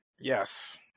yes